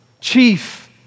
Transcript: chief